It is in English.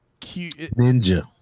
Ninja